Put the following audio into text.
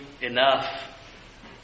enough